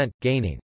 gaining